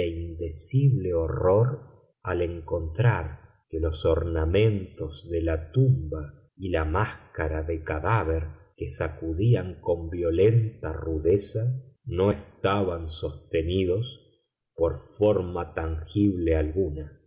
indecible horror al encontrar que los ornamentos de la tumba y la máscara de cadáver que sacudían con violenta rudeza no estaban sostenidos por forma tangible alguna